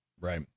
Right